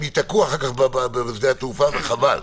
הם ייתקעו אחר כך בשדה התעופה וחבל.